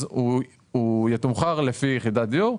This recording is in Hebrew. אז הוא יתומחר לפי יחידת דיור.